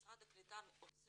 משרד הקליטה עוסק